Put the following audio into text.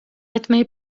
etmeyi